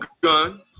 gun